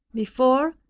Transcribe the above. before,